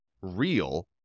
real